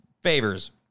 favors